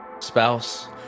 spouse